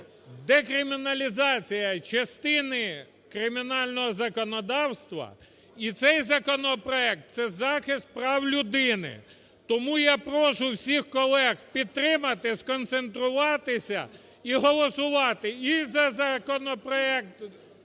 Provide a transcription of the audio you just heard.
декриміналізація частини кримінального законодавства, і цей законопроект – це захист прав людини. Тому я прошу всіх колег підтримати, сконцентруватися і голосувати і за законопроект